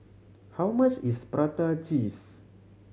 how much is prata cheese